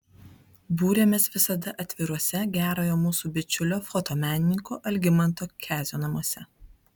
būrėmės visada atviruose gerojo mūsų bičiulio fotomenininko algimanto kezio namuose